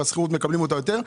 ומקבלים יותר שכירות.